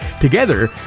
Together